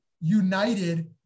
united